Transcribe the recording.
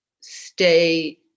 stay